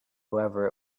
whoever